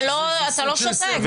אתה לא נותן להתייחס.